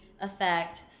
effect